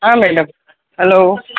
હા હેલો